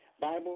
Bible